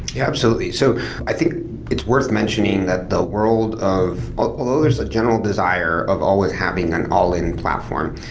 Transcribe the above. yeah absolutely. so i think it's worth mentioning that the world of there's a general desire of always having an all-in platform.